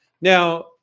now